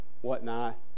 whatnot